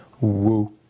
Woo